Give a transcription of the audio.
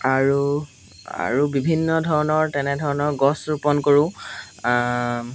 আৰু আৰু বিভিন্ন ধৰণৰ তেনেধৰণৰ গছ ৰোপণ কৰোঁ